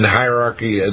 hierarchy